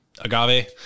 agave